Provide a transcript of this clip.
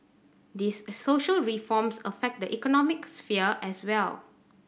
these social reforms affect the economic sphere as well